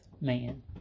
man